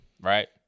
right